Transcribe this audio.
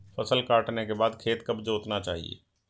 फसल काटने के बाद खेत कब जोतना चाहिये?